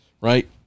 right